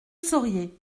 sauriez